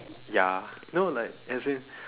ya no like as in